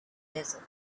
desert